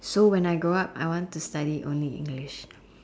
so when I grow up I want to study only English